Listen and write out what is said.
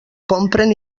compren